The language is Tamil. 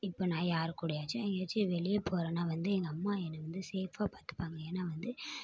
இப்போ நான் யார் கூடேயாச்சும் எங்கேயாச்சும் வெளியே போகிறேன்னா வந்து எங்கள் அம்மா என்ன வந்து சேஃபாக பார்த்துப்பாங்க ஏன்னால் வந்து